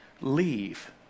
leave